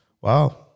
Wow